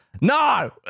no